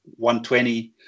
120